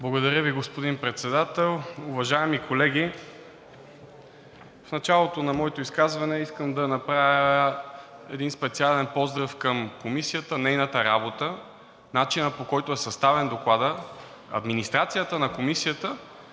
Благодаря Ви, господин Председател. Уважаеми колеги, в началото на моето изказване искам да отправя един специален поздрав към Комисията, нейната работа, начина, по-който е съставен докладът, администрацията на Комисията